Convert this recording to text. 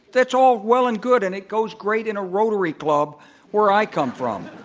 that's all well and good, and it goes great in a rotary club where i come from.